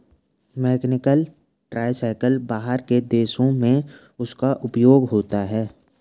mechanical tree shaker बाहर के देशों में उसका उपयोग होता है